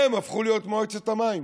הם הפכו להיות מועצת המים.